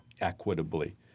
equitably